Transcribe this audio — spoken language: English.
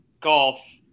golf